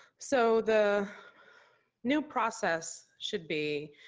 so, the new process should be,